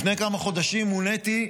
לפני כמה חודשים מוניתי,